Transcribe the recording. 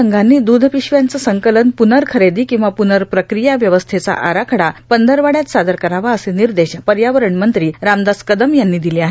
राज्यातल्या दूध संघांनी दूध पिशव्यांचं संकलन पूनर्खरेदी किंवा पूनर्प्रक्रीया व्यवस्थेचा आराखडा पंधरवड्यात सादर करावा असे निर्देश पर्यावरणमंत्री रामदास कदम यांनी दिले आहेत